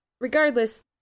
Regardless